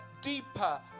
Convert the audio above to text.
deeper